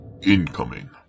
incoming